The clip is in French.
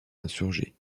insurgés